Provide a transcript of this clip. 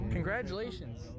Congratulations